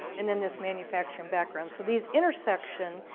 and then this manufacturing background. so these intersections,